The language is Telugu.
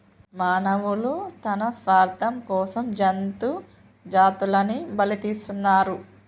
మానవులు తన స్వార్థం కోసం జంతు జాతులని బలితీస్తున్నరు